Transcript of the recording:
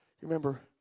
remember